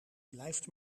blijft